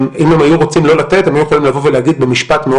אם הם היו רוצים לא לתת הם היו יכולים להגיד במשפט מאוד